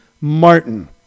Martin